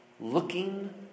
looking